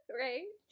right